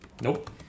Nope